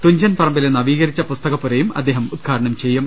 തുഞ്ചൻ പറമ്പിലെ നവീകരിച്ച പുസ്തകപ്പുരയും അദ്ദേഹം ഉദ്ഘാടനംചെയ്യും